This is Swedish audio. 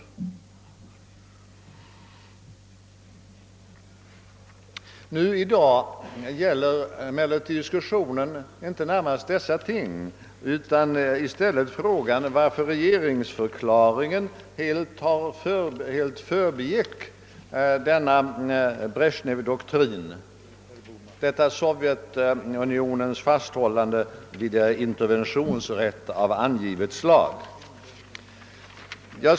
Diskussionen gäller emellertid i dag inte närmast dessa ting, utan i stället frågan om varför dagens regeringsförklaring helt förbigår Bresjnevdoktrinen, detta Sovjetunionens fasthållande vid en interventionsrätt av angivet slag.